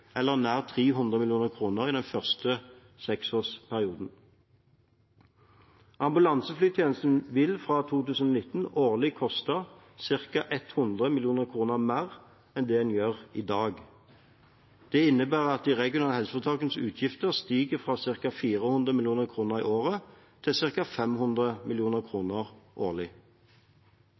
eller nær 300 mill. kr i den første seksårsperioden. Ambulanseflytjenesten vil fra 2019 årlig koste ca. 100 mill. kr mer enn den gjør i dag. Det innebærer at de regionale helseforetakenes utgifter stiger fra ca. 400 mill. kr i året til ca. 500 mill. kr årlig.